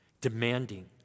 demanding